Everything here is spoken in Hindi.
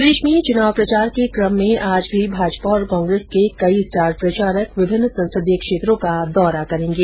प्रदेश में चुनाव प्रचार के कम में आज भी भाजपा तथा कांग्रेस के कई स्टार प्रचारक विभिन्न संसदीय क्षेत्रों का दौरा करेंगे